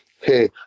hey